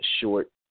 short